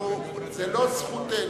זו לא זכותנו,